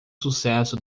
sucesso